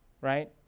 right